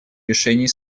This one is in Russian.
решений